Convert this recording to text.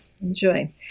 Enjoy